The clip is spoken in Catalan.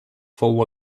fou